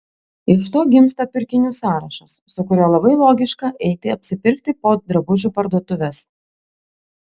iš to gimsta pirkinių sąrašas su kuriuo labai logiška eiti apsipirkti po drabužių parduotuves